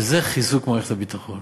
וזה חיזוק מערכת הביטחון.